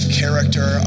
character